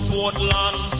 Portland